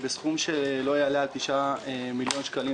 בסכום שלא יעלה על תשעה וחצי מיליון שקלים,